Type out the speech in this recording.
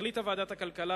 החליטה ועדת הכלכלה,